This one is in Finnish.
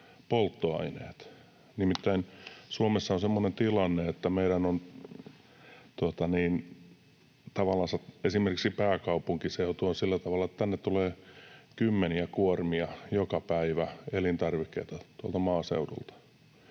pääkaupunkiseudulla on sillä tavalla, että tänne tulee kymmeniä kuormia joka päivä elintarvikkeita maaseudulta.